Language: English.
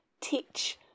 teach